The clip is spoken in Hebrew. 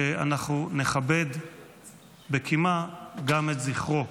ואנחנו נכבד בקימה גם את זכרו.